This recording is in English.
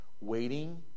Waiting